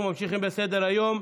אנחנו ממשיכים בסדר-היום.